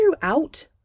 throughout